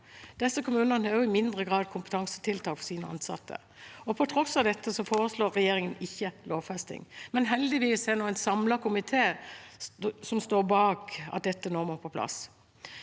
Disse kommunene har også i mindre grad kompetansetiltak for sine ansatte. På tross av dette foreslår regjeringen ikke lovfesting, men heldigvis er det en samlet komité som står bak at dette nå må på plass.